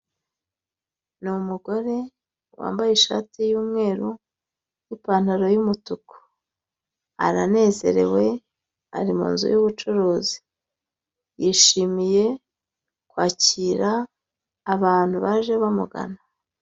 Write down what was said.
Ni umugore wambaye ishati y'umweru n'ipantaro y'umutuku, aranezerewe ari mu nzu y'ubucuruzi, yishimiye kwakira abantu baje bamugana.